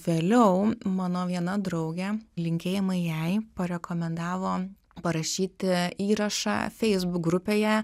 vėliau mano viena draugė linkėjimai jai parekomendavo parašyti įrašą facebook grupėje